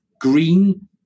green